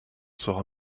sera